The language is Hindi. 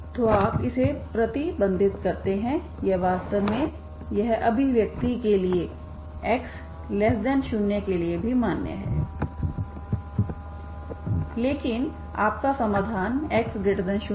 तो आप इसे प्रतिबंधित करते हैं यह वास्तव में यह अभिव्यक्ति लिए x0 केलिए भी मान्य है लेकिन आपका समाधान केवल x0 के लिए है